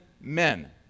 men